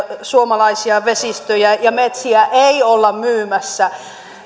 suomalaisia vesistöjä ja metsiä ei olla myymässä ei